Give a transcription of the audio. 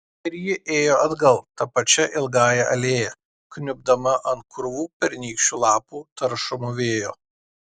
ir ji ėjo atgal ta pačia ilgąja alėja kniubdama ant krūvų pernykščių lapų taršomų vėjo